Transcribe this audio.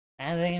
as i mean